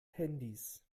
handys